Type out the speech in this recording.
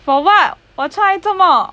for [what] 我 try 做么